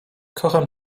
kocham